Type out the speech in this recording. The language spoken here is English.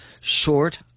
short